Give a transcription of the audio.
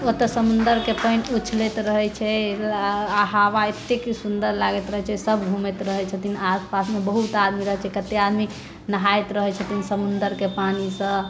ओतऽ समुन्दर के पानि उछलैत रहै छै हावा एतेक सुन्दर लागैत रहै छै सभ घुमैत रहै छथिन आसपास मे बहुत आदमी रहै छै कते आदमी नहाइत रहै छथिन समुन्दर के पानिसँ